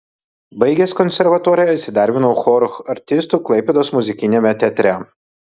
baigęs konservatoriją įsidarbinau choro artistu klaipėdos muzikiniame teatre